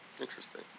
Interesting